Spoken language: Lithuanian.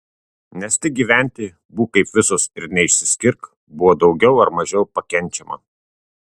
nes tik gyventi būk kaip visos ir neišsiskirk buvo daugiau ar mažiau pakenčiama